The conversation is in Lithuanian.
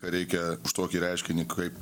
reikia už tokį reiškinį kaip